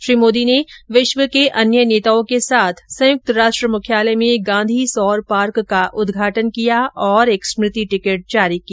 श्री मोदी ने विश्व के अन्य नेताओं के साथ संयुक्त राष्ट्र मुख्यालय में गांधी सौर पार्क का उद्घाटन किया और एक स्मृति टिकट जारी किया